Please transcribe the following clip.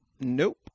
nope